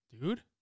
Dude